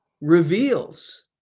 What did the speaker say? reveals